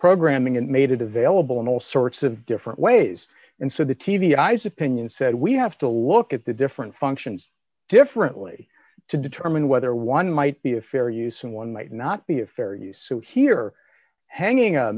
programming and made it available in all sorts of different ways and so the t v i's opinion said we have to look at the different functions differently to determine whether one might be a fair use and one might not be of fair use so here hanging a